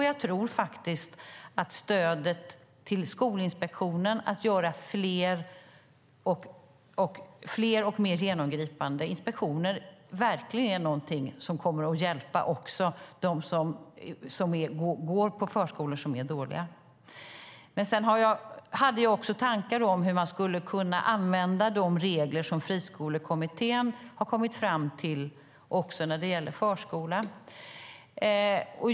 Jag tror faktiskt att stödet till Skolinspektionen att göra fler och mer genomgripande inspektioner verkligen kommer att hjälpa också dem som går på dåliga förskolor. Jag hade också tankar om hur man skulle kunna använda de regler Friskolekommittén kommit fram till när det gäller förskolan.